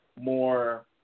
more –